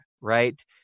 right